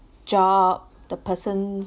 job the person's